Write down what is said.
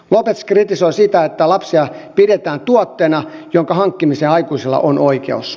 lopez kritisoi sitä että lapsia pidetään tuotteena jonka hankkimiseen aikuisilla on oikeus